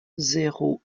zéro